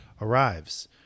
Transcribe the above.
arrives